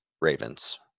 Ravens